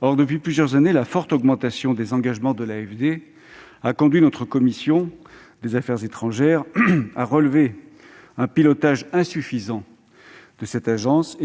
Or, depuis plusieurs années, la forte augmentation des engagements de l'AFD a conduit la commission des affaires étrangères du Sénat à relever que le pilotage de cette agence était insuffisant.